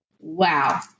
Wow